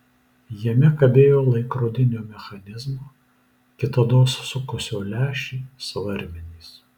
jame kabėjo laikrodinio mechanizmo kitados sukusio lęšį svarmenys